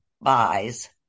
buys